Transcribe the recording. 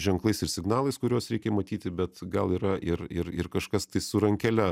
ženklais ir signalais kuriuos reikia matyti bet gal yra ir ir ir kažkas tai su rankele